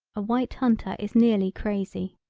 a white hunter is nearly crazy.